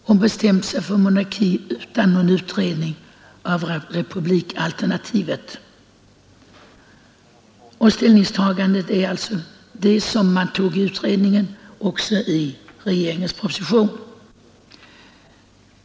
Man har bestämt sig för monarki utan någon utredning av republikalternativet. Det ställningstagande grundlagberedningen gjorde återfinns i regeringens proposition.